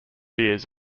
beers